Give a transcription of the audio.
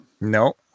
No